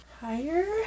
Higher